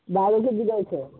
বাইরে গিয়ে দিয়ে এস